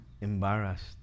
embarrassed